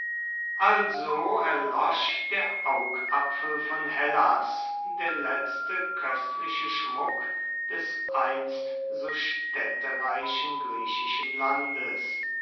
also erlosch der augapfel von hellas der letzte köstliche schmuck des einst so städtereichen griechischen landes